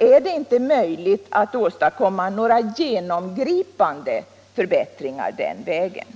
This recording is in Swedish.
är det inte möjligt att åstadkomma några genomgripande förbättringar den vägen.